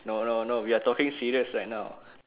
no no no we are talking serious right now